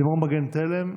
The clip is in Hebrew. לימור מגן תלם,